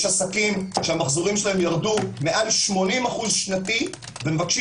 יש עסקים שהמחזורים שלהם ירדו מעל 80% שנתי ומבקשים